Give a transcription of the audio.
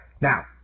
Now